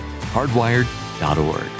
hardwired.org